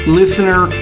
listener